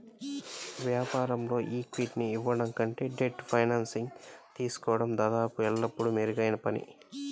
వ్యాపారంలో ఈక్విటీని ఇవ్వడం కంటే డెట్ ఫైనాన్సింగ్ తీసుకోవడం దాదాపు ఎల్లప్పుడూ మెరుగైన పని